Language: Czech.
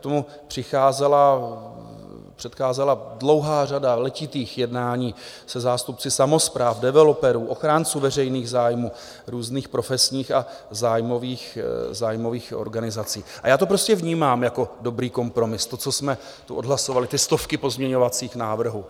tomu předcházela dlouhá řada letitých jednání se zástupci samospráv, developerů, ochránců veřejných zájmů, různých profesních a zájmových organizací a já to prostě vnímám jako dobrý kompromis, to, co jsme tu odhlasovali, ty stovky pozměňovacích návrhů.